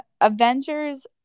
Avengers